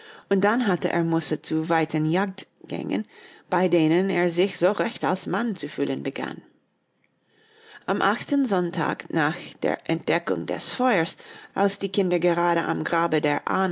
und dann hatte er muße zu weiten jagdgängen bei denen er sich so recht als mann zu fühlen begann am achten sonntag nach der entdeckung des feuers als die kinder gerade am grabe der